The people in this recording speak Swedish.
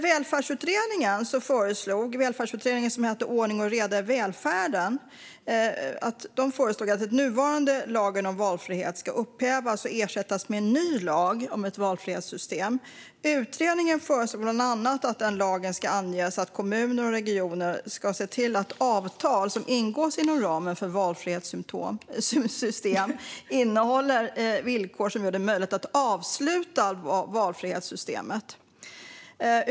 Välfärdsutredningen, som överlämnade betänkandet Ordning och reda i väl färden , föreslog att den nuvarande lagen om valfrihet skulle upphävas och ersättas med en ny lag om ett valfrihetssystem. Utredningen föreslog bland annat att det i den lagen skulle anges att kommuner och regioner ska se till att avtal som ingås inom ramen för valfrihetssystem innehåller villkor som gör det möjligt att avsluta valfrihetssystemet.